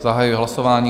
Zahajuji hlasování.